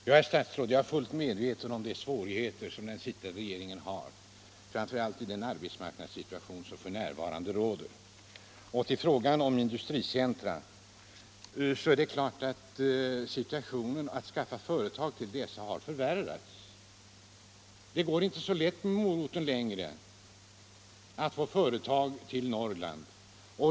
Herr talman! Jag är fullt medveten om de svårigheter som den sittande regeringen har, herr statsråd, framför allt i den arbetsmarknadssituation som f.n. råder. I fråga om industricentra är det klart att situationen när det gäller att skaffa företag till dessa har förvärrats. Det går inte längre så lätt att med moroten få företag till Norrland.